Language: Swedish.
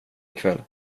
ikväll